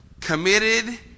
committed